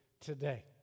today